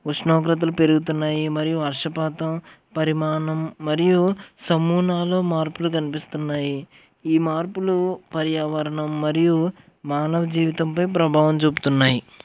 ఉష్ణోగ్రతలు పెరుగుతున్నాయి మరియు వర్షపాతం పరిమాణం మరియు సమూనాలో మార్పులు కనిపిస్తున్నాయి ఈ మార్పులు పర్యావరణం మరియు మానవజీవితంపై ప్రభావం చూపుతున్నాయి